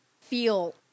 feel